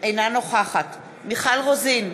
אינה נוכחת מיכל רוזין,